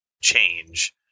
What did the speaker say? change